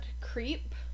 creep